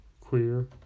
Queer